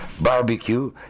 Barbecue